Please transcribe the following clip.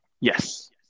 Yes